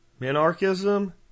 anarchism